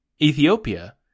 Ethiopia